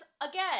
again